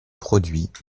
produit